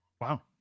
Wow